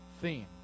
theme